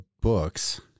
books